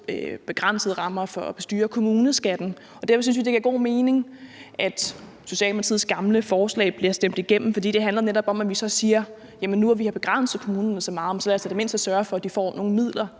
begrænsede rammer for at styre kommuneskatten. Derfor synes vi, det giver god mening, at Socialdemokratiets gamle forslag bliver stemt igennem. Det handler netop om, at vi siger: Jamen nu, når vi har begrænset kommunerne så meget, så lad os da i det mindste sørge for, at de får nogle midler